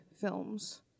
films